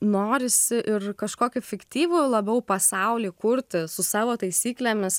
norisi ir kažkokį fiktyvų labiau pasaulį kurti su savo taisyklėmis